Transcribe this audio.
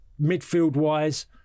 midfield-wise